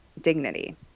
dignity